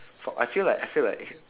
for I feel like I feel like